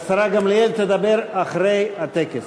השרה גמליאל תדבר אחרי הטקס.